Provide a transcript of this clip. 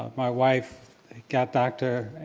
my wife got dr.